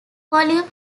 volume